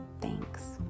Thanks